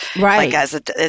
Right